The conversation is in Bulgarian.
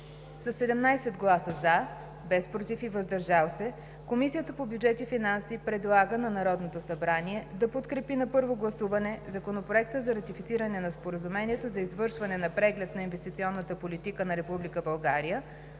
Със 17 гласа „за“, без „против“ и „въздържал се“ Комисията по бюджет и финанси предлага на Народното събрание да подкрепи на първо гласуване Законопроект за ратифициране на Споразумението за извършване на Преглед на инвестиционната политика на